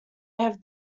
have